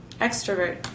Extrovert